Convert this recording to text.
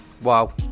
wow